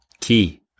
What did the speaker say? key